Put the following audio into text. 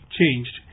changed